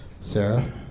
Sarah